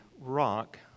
rock